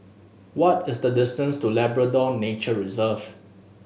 what is the distance to Labrador Nature Reserve